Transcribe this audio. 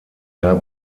jahr